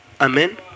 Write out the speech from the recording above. amen